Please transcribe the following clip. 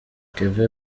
kevin